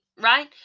right